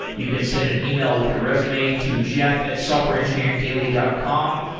you can send an ah e-mail with your resume to jeff at softwareengineeringdaily dot com.